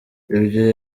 ibyo